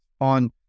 on